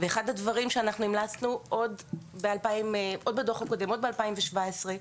ואחד הדברים שהמלצנו עוד בדו"ח הקודם ב-2017,